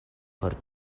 por